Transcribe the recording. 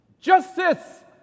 Justice